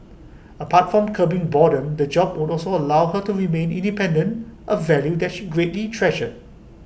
apart from curbing boredom the job would also allow her to remain independent A value that she greatly treasured